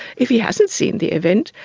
if he hasn't seen the event,